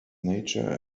nature